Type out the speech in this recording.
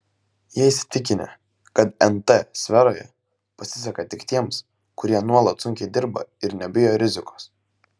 jie įsitikinę kad nt sferoje pasiseka tik tiems kurie nuolat sunkiai dirba ir nebijo rizikos